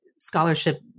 scholarship